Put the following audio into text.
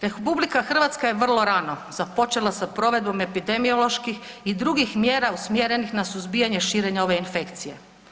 RH je vrlo rana započela sa provedbom epidemioloških i drugih mjera usmjerenih na suzbijanje širenja ove infekcije.